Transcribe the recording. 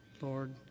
Lord